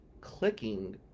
clicking